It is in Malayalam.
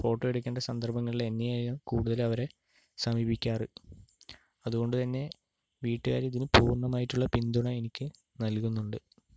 ഫോട്ടോ എടുക്കേണ്ട സന്ദര്ഭങ്ങളില് എന്നെയാണ് കൂടുതലവര് സമീപിക്കാറ് അതുകൊണ്ടുതന്നെ വീടുകാരിതിന് പൂര്ണ്ണമായിട്ടുള്ള പിന്തുണ എനിക്ക് നല്കുന്നുണ്ട്